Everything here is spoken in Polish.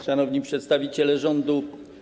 Szanowni Przedstawiciele Rządu!